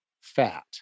fat